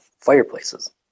fireplaces